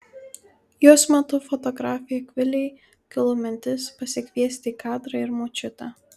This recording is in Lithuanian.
jos metu fotografei akvilei kilo mintis pasikviesti į kadrą ir močiutę